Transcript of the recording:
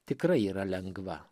tikrai yra lengva